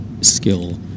skill